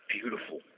beautiful